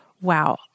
wow